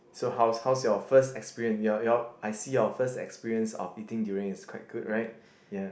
so how's how's your first experience your your I see your first experience of eating durian is quite good right ya